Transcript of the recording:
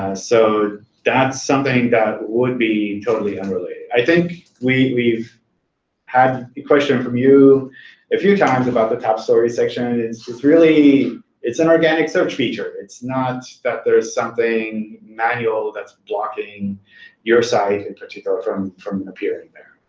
so that's something that would be totally unrelated. i think we've we've had a question from you a few times about the top story section. and it's just really it's an organic search feature. it's not that there is something manual that's blocking your site, in particular, from from appearing there.